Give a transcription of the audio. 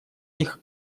них